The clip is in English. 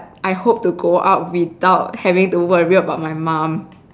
I hope to go out without having to worry about my mum